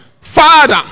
Father